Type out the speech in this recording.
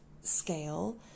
scale